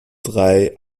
drei